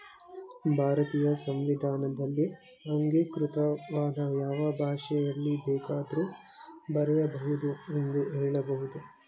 ಭಾರತೀಯ ಸಂವಿಧಾನದಲ್ಲಿ ಅಂಗೀಕೃತವಾದ ಯಾವ ಭಾಷೆಯಲ್ಲಿ ಬೇಕಾದ್ರೂ ಬರೆಯ ಬಹುದು ಎಂದು ಹೇಳಬಹುದು